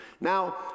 now